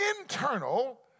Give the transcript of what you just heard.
internal